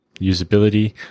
usability